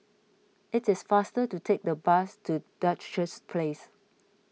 it is faster to take the bus to Duchess Place